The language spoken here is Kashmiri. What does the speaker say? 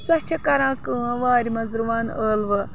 سۄ چھِ کَران کٲم وارِ منٛز رُوان ٲلوٕ